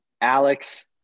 Alex